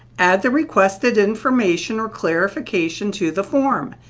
add the requested information or clarification to the form.